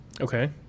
okay